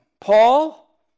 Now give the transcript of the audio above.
Paul